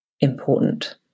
important